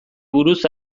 buruz